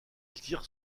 tire